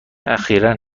اخیرا